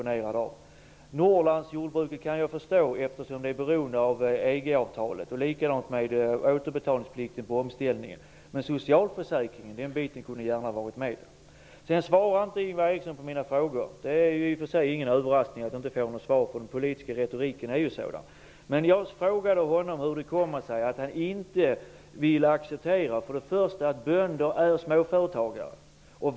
Jag kan förstå att man lyfter ut frågan om Norrlandsjordbruket eftersom den är beroende av EG-avtalet. Samma sak gäller för återbetalningsplikt vad gäller omställningsbidraget. Men man kunde gärna ha tagit med socialförsäkringen. Ingvar Eriksson svarar inte på mina frågor. Det är i och för sig ingen överraskning att jag inte får något svar. Den politiska retoriken är ju sådan. Jag frågade honom hur det kommer sig att han inte vill acceptera att bönder är småföretagare.